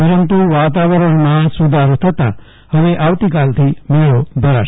પરંતુ વાતાવરણમાં સુ ધારો થતાં હવે આવતી કાલથી મેળો ભરાશે